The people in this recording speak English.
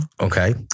Okay